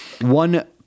one